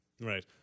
Right